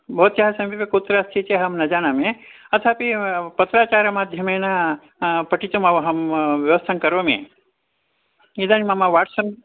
भवत्याः समीपे कुत्र अस्ति इति अहं न जानामि अथापि पत्राचारमाध्यमेन पठितुम् अहं व्यवस्थां करोमि इदानीं मम वाट्सप्